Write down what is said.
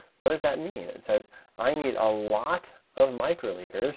what does that mean? it says i need a lot of microliters